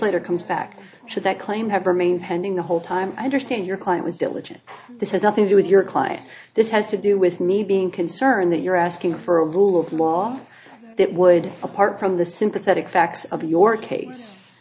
later comes back should that claim have remained pending the whole time i understand your client was diligent this has nothing do with your client this has to do with me being concerned that you're asking for a rule of law that would apart from the sympathetic facts of your case